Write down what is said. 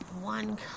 One